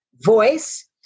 voice